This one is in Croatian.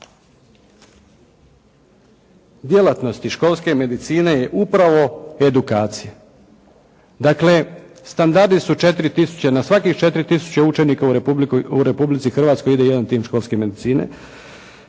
djelatnosti školske medicine je upravo edukacija. Dakle, standardi su 4 tisuće, na svakih 4 tisuća u Republici Hrvatskoj ide jedan tim školske medicine,